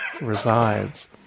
resides